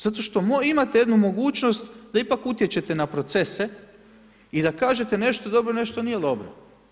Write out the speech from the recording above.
Zato što imate jednu mogućnost da ipak utječete na procese i da kažete nešto je dobro, nešto nije dobro.